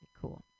cool